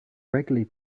regularly